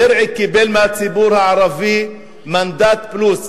דרעי קיבל מהציבור הערבי מנדט פלוס,